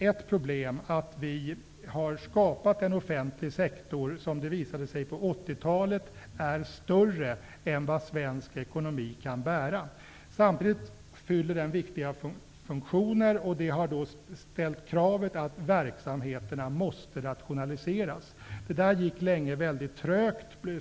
Ett problem är att vi har skapat en offentlig sektor som på 80-talet visade sig vara större än vad svensk ekonomi kan bära. Samtidigt fyller den viktiga funktioner, och man har ställt kravet att verksamheterna måste rationaliseras. Detta gick länge mycket trögt.